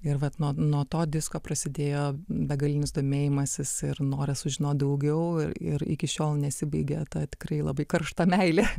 ir vat nuo nuo to disko prasidėjo begalinis domėjimasis ir noras sužinot daugiau ir ir iki šiol nesibaigia tad tikrai labai karšta meilė